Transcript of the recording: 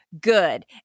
Good